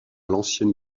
l’ancienne